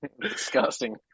Disgusting